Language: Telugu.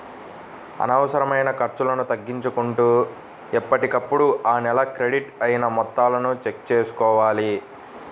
అనవసరమైన ఖర్చులను తగ్గించుకుంటూ ఎప్పటికప్పుడు ఆ నెల క్రెడిట్ అయిన మొత్తాలను చెక్ చేసుకోవాలి